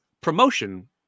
promotion